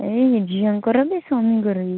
ଏଇ ଝିଅଙ୍କର ବି ସ୍ୱାମୀଙ୍କର ବି